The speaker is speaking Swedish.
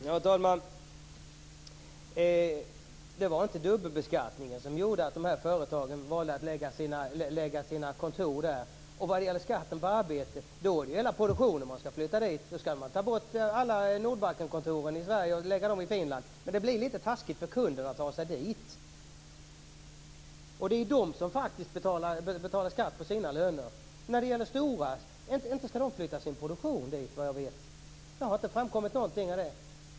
Herr talman! Det var inte dubbelbeskattningen som gjorde att de här företagen valde att lägga sina kontor i Finland. Vad gäller skatten på arbete vill jag säga att då är det ju hela produktionen man skall flytta dit. Då skall man ta bort alla Nordbankskontor i Sverige och lägga dem i Finland. Men det blir litet taskigt för kunden att ta sig dit. Det är ju faktiskt de som betalar skatt på sina löner. Inte skall Stora, såvitt jag vet, flytta sin produktion dit. Det har inte framkommit någonting om det.